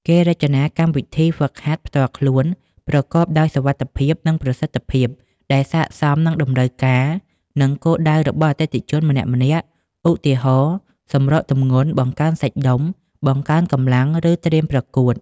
គេរចនាកម្មវិធីហ្វឹកហាត់ផ្ទាល់ខ្លួនប្រកបដោយសុវត្ថិភាព និងប្រសិទ្ធភាព ដែលស័ក្តិសមនឹងតម្រូវការ និងគោលដៅរបស់អតិថិជនម្នាក់ៗ ឧទាហរណ៍៖ សម្រកទម្ងន់ បង្កើនសាច់ដុំ បង្កើនកម្លាំង ឬត្រៀមប្រកួត។